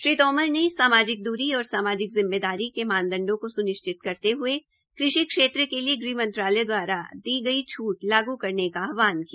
श्री तोमर ने सामाजिक दूरी और सामाजिक जिम्मेदारी के मानदंडो को सुनिश्चित करते हये कृषि क्षेत्र के लिए गृहमंत्रालय द्वारा दी गई छूट लागू करने का आहवान किया